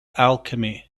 alchemy